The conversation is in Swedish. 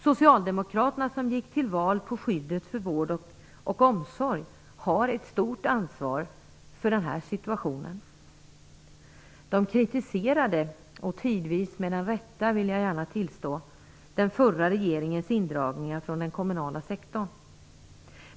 Socialdemokraterna som gick till val på skyddet för vård och omsorg har ett stort ansvar för den här situationen. De kritiserade - tidvis med rätta, det tillstår jag gärna - den förra regeringens indragningar inom den kommunala sektorn.